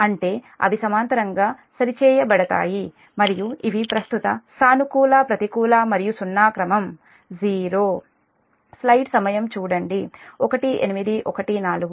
అంటే అవి సమాంతరంగా సరిచేయబడతాయి మరియు ఇవి ప్రస్తుత సానుకూల ప్రతికూల మరియు సున్నా క్రమం '0'